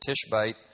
Tishbite